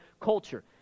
culture